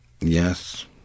Yes